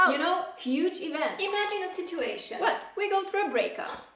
you know huge events. imagine the situation! what? we go through a breakup.